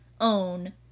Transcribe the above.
own